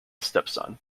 stepson